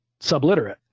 subliterate